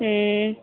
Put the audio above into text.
हूँ